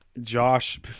Josh –